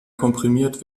komprimiert